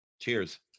cheers